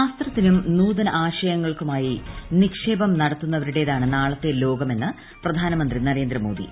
ശാസ്ത്രത്തിനും നൂതന ആശയങ്ങൾക്കുമായി നിക്ഷേപം നടത്തുന്നവരുടേതാണ് നാളത്തെ ലോകം എന്ന് പ്രധാനമന്ത്രി നരേന്ദ്ര മോദി